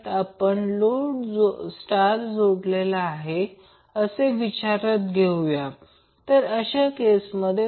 तर लोड एक स्टार असला किंवा Δ असला किंवा Δ असला तरी रिझल्ट खरे असतील हे 3 Vp I p cos खरे आहे